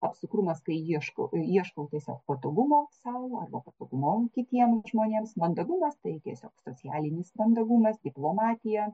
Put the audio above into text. apsukrumas kai iešku ieškau tiesiog patogumo sau arba patogumo kitiem žmonėms mandagumas tai tiesiog socialinis mandagumas diplomatija